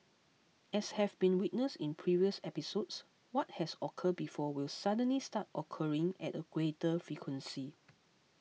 as have been witnessed in previous episodes what has occurred before will suddenly start occurring at a greater frequency